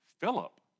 Philip